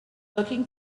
looking